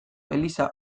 eliza